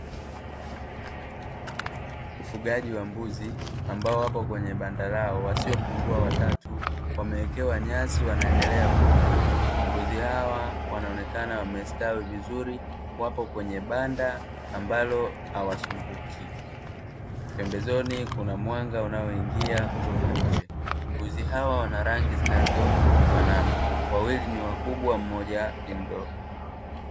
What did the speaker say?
Ufugaji wa mbuzi ambao wapo kwenye banda lao wasiopungua watatu wamewekewa nyasi wanaendelea kula. Mbuzi hawa wanaonekana wamestawi vizuri wapo kwenye banda ambalo hawasumbuki, pembezoni kuna mwanga unaoingia kutoka nje. Mbuzi hawa wana rangi zinazofanana wawili ni wakubwa, mmoja ni mdogo.